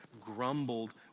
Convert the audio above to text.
grumbled